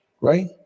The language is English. right